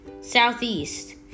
Southeast